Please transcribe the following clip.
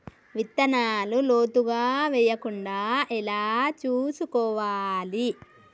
విత్తనాలు లోతుగా వెయ్యకుండా ఎలా చూసుకోవాలి?